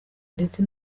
ndetse